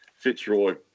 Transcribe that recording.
Fitzroy